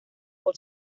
por